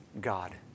God